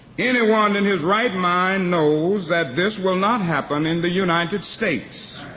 anyone in his right mind knows that this will not happen in the united states.